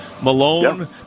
Malone